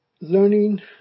learning